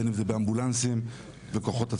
בין אם זה באמבולנסים וכוחות הצלה.